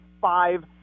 five